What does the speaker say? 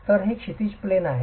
तर हे क्षैतिज प्लेन आहे